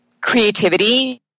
creativity